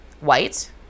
white